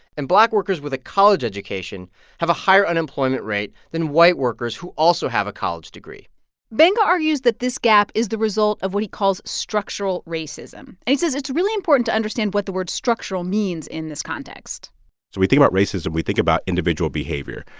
and black workers with a college education have a higher unemployment rate than white workers who also have a college degree gbenga argues that this gap is the result of what he calls structural racism. and he says it's really important to understand what the words structural means in this context so when we think white racism, we think about individual behavior,